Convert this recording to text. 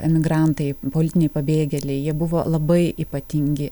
emigrantai politiniai pabėgėliai jie buvo labai ypatingi